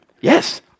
Yes